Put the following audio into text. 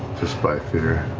just by fear.